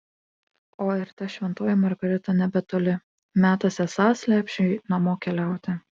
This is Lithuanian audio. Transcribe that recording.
o ir ta šventoji margarita nebetoli metas esąs lepšiui namo keliauti